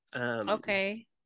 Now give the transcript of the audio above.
Okay